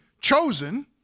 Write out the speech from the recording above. chosen